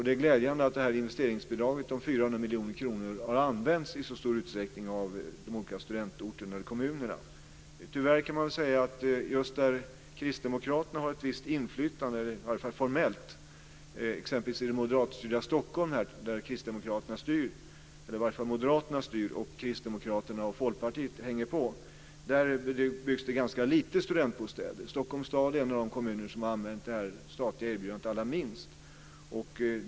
Det är glädjande att investeringsbidraget om 400 miljoner kronor har använts i stor utsträckning av de olika studentorterna och kommunerna. Tyvärr har man just där Kristdemokraterna har ett visst inflytande, i varje fall formellt - exempelvis i det moderatstyrda Stockholm, där Moderaterna styr och Kristdemokraterna och Folkpartiet hänger på - byggt ganska få studentbostäder. Stockholms stad är en av de kommuner som har använt det statliga erbjudandet allra minst.